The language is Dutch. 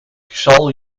zal